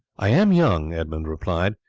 i am young, edmund replied,